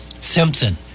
simpson